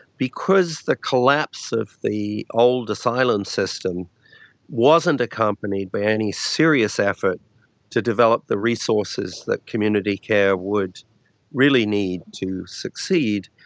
because the collapse of the old asylums system wasn't accompanied by any serious effort to develop the resources that community care would really need to succeed,